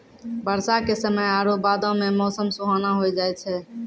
बरसा के समय आरु बादो मे मौसम सुहाना होय जाय छै